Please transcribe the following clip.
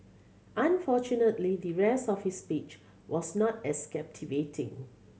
unfortunately the rest of his speech was not as captivating